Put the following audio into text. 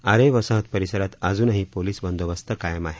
आरे वसाहत परिसरात अजूनही पोलीस बंदोबस्त कायम आहे